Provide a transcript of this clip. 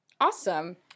Awesome